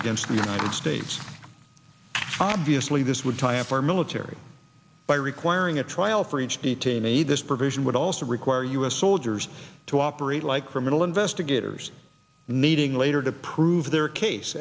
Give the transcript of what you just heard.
against the united states obviously this would tie up our military by requiring a trial for each detainee this provision would also require us soldiers to operate like criminal investigators needing later to prove their case